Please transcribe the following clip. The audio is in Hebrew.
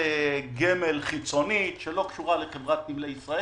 גמל חיצונית שלא קשורה לחברת נמלי ישראל.